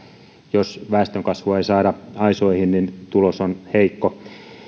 jos väestönkasvua ei saada aisoihin tulos on heikko